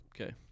Okay